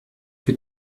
que